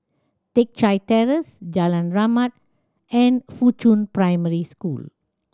Teck Chye Terrace Jalan Rahmat and Fuchun Primary School